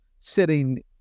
sitting